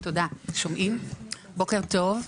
תודה, בוקר טוב,